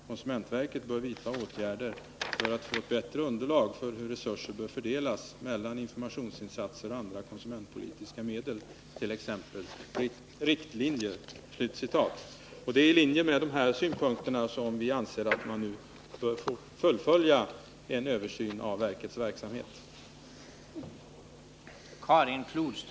KOV bör vidta åtgärder för att få ett bättre underlag för hur resurser bör fördelas mellan informationsinsatser och andra konsumentpolitiska medel, t.ex. riktlinjer.” Det är i linje med de här synpunkterna som vi anser att vi nu bör fullfölja en översyn av verkets verksamhet.